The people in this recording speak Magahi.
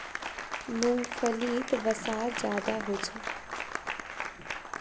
मूंग्फलीत वसा ज्यादा होचे